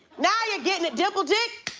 now, you're getting it, dimple dick!